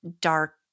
dark